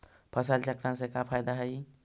फसल चक्रण से का फ़ायदा हई?